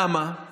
למה?